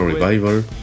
Revival